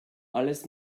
alles